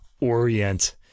Orient